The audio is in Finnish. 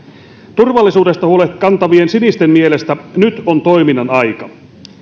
turvallisuudesta huolen kantavien sinisten mielestä nyt on toiminnan aika